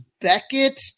Beckett